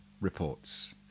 reports